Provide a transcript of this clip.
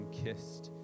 kissed